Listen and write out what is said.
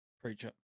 Preacher